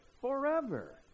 forever